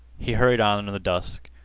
he hurried on in the dusk.